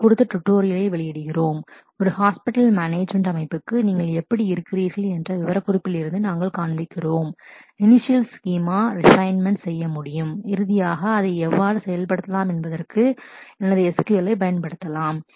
இது குறித்த டுடோரியலை tutorial வெளியிடுகிறோம் ஒரு ஹாஸ்பிடல் மேனேஜ்மென்ட் Hospital management அமைப்புக்கு நீங்கள் எப்படி இருக்கிறீர்கள் என்ற விவரக்குறிப்பிலிருந்து நாங்கள் காண்பிக்கிறோம் initial schema initial schema refinements refinements செய்ய முடியும் இறுதியாக அதை எவ்வாறு செயல்படுத்தலாம் என்பதற்கு எனது SQL ஐப் பயன்படுகிறது